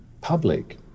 public